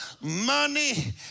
money